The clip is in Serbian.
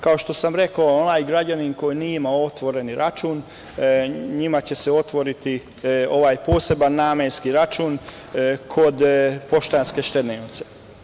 Kao što sam rekao, onaj građanin koji nije imao otvoren račun, njima će se otvoriti poseban namenski račun kod „Poštanske štedionice“